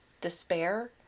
despair